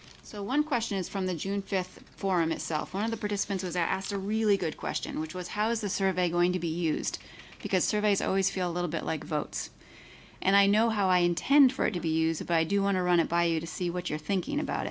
so one question is from the june fifth forum itself one of the participants was asked a really good question which was how's the survey going to be used because surveys always feel a little bit like votes and i know how i intend for it to be used but i do want to run it by you to see what you're thinking about